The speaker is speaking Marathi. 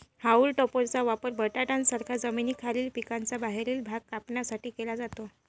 हाऊल टॉपरचा वापर बटाट्यांसारख्या जमिनीखालील पिकांचा बाहेरील भाग कापण्यासाठी केला जातो